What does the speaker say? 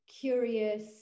curious